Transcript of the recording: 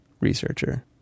researcher